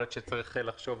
הערות.